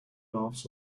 laughs